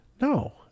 No